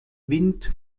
wind